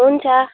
हुन्छ